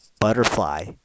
butterfly